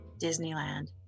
Disneyland